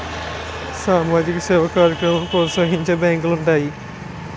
సామాజిక సేవా కార్యక్రమాలను ప్రోత్సహించే బ్యాంకులు ఉంటాయి